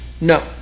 no